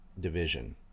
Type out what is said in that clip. division